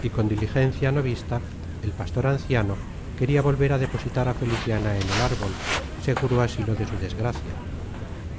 y con diligencia no vista el pastor anciano queria volver á depositar á feliciana en el árbol seguro asilo de su desgracia